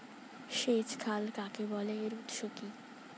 সেচ খাল কাকে বলে এর উৎস কি?